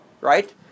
right